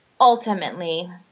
ultimately